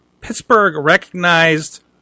Pittsburgh-recognized